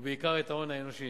ובעיקר את ההון האנושי.